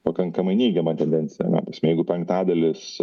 pakankamai neigiamą tendenciją ta prasme jeigu penktadalis